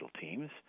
teams